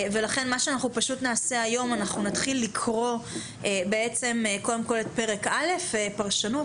לכן היום נתחיל לקרוא את פרק א' פרשנות,